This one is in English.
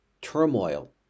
turmoil